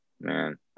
man